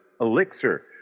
elixir